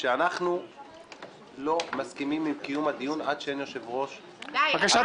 שאנחנו לא מסכימים לקיום הדיון עד שאין יושב-ראש --- בבקשה,